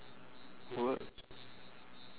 what